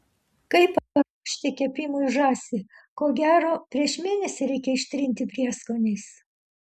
kaip paruošti kepimui žąsį ko gero prieš mėnesį reikia ištrinti prieskoniais